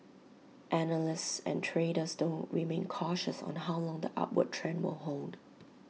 analysts and traders though remain cautious on how long the upward trend will hold